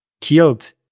killed